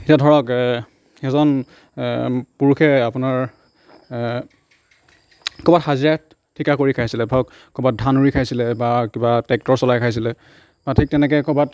এতিয়া ধৰক এজন পুৰুষে আপোনাৰ ক'ৰবাত হাজিৰা ঠিকা কৰি খাই আছিলে ধৰক ক'ৰবাত ধান ৰুই খাইছিলে বা কিবা টেক্টৰ চলাই খাইছিলে বা ঠিক তেনেকৈ ক'ৰবাত